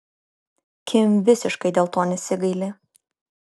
kim visiškai dėl to nesigaili